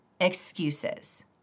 excuses